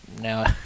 now